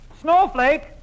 Snowflake